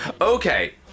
Okay